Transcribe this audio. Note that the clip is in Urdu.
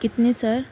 کتنے سر